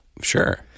Sure